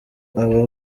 aba